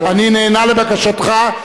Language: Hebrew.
אני נענה לבקשתך.